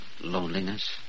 loneliness